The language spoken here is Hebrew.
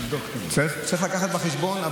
תשובה רחבה אני אתן לך כמובן בזמן יותר מאוחר, אבל